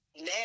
now